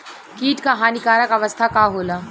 कीट क हानिकारक अवस्था का होला?